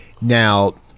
Now